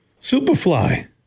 Superfly